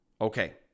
Okay